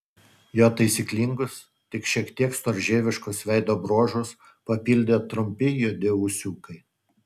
jo taisyklingus tik šiek tiek storžieviškus veido bruožus papildė trumpi juodi ūsiukai